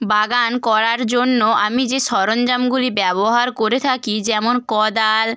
বাগান করার জন্য আমি যে সরঞ্জামগুলি ব্যবহার করে থাকি যেমন কোদাল